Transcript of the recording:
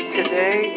today